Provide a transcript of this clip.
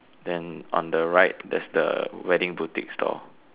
then on the right there's the wedding boutique stall